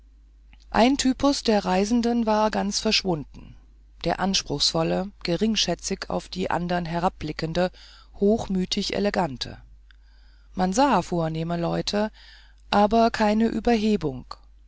ein typus der reisenden war ganz verschwunden der anspruchsvolle geringschätzig auf die andern herabblickende hochmütige elegant man sah vornehme leute aber keine überhebung